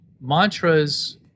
mantras